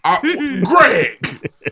Greg